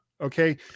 Okay